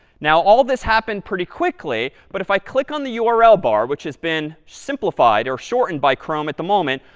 now, all this happened pretty quickly, but if i click on the ah url bar, which has been simplified or shortened by chrome at the moment,